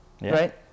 right